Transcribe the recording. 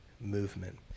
movement